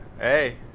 hey